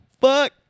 Fuck